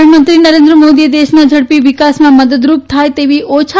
પ્રધાનમંત્રી નરેન્દ્ર મોદીએ દેશના ઝડ ી વિકાસમાં મદદરૂ થાય તેવી ઓછા